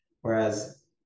whereas